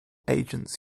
agents